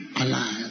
alive